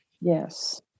Yes